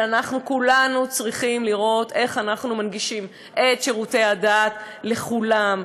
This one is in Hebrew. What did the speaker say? ואנחנו כולנו צריכים לראות איך אנחנו מנגישים את שירותי הדת לכולם,